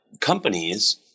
companies